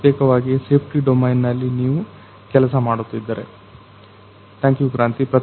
ಪ್ರತ್ಯೇಕವಾಗಿ safety domain ನಲ್ಲಿ ನೀವು ಕೆಲಸ ಮಾಡುತ್ತಿದ್ದರೆ ಥ್ಯಾಂಕ್ಯು ಕ್ರಾಂತಿ